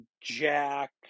Jack